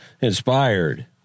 Inspired